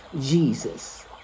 Jesus